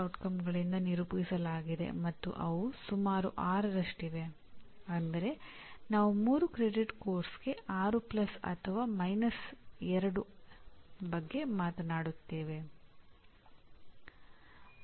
outcome based education ಎಂಬ ಪದವನ್ನು William Spady ಅವರು 1994 ರಲ್ಲಿ ತಮ್ಮ ಪುಸ್ತಕದಲ್ಲಿ ಮೊದಲು ಬಳಸಿದ್ದರು ಮತ್ತು ಪ್ರಸ್ತುತಪಡಿಸಿದ್ದರು